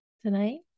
tonight